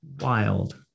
wild